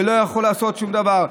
ולא יכול לעשות שום דבר.